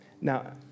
Now